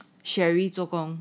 sherry 做工